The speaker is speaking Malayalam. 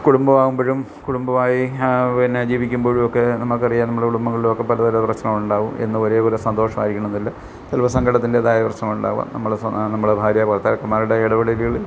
കുടുംബമാകുമ്പഴും കുടുംബമായി പിന്നെ ജീവിക്കുമ്പോഴുവൊക്കെ നമുക്കറിയാം നമ്മുടെ കുടുംബങ്ങളിലുവൊക്കെ പലതരം പ്രശ്നമുണ്ടാകും എന്നും ഒരേപോലെ സന്തോഷവായിരിക്കണമെന്നില്ല ചിലപ്പോൾ സങ്കടത്തിൻ്റേതായ പ്രശ്നങ്ങൾ ഉണ്ടാകും നമ്മളുടെ നമ്മുടെ ഭാര്യ ഭർത്താക്കൻമാരുടെ ഇടപെടലുകളിൽ